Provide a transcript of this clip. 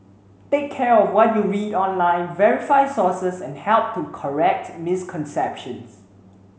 take care of what you read online verify sources and help to correct misconceptions